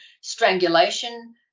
strangulation